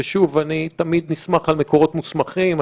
אני תמיד נסמך על מקורות מוסמכים.